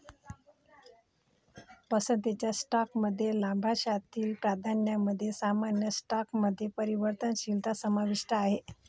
पसंतीच्या स्टॉकमध्ये लाभांशातील प्राधान्यामध्ये सामान्य स्टॉकमध्ये परिवर्तनशीलता समाविष्ट आहे